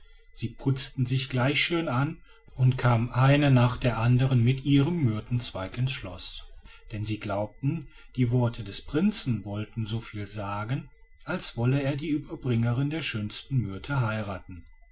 sie putzten sich gleich schön an und kamen eine nach der andern mit ihren myrtenzweigen ins schloß denn sie glaubten die worte des prinzen wollten soviel sagen als wolle er die überbringerin der schönsten myrte heiraten